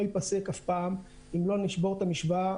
ייפסק אף פעם אם לא נשבור את המשוואה,